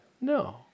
No